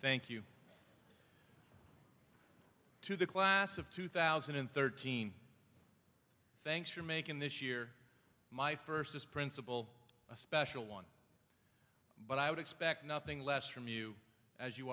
thank you to the class of two thousand and thirteen thanks for making this year my first this principle a special one but i would expect nothing less from you as you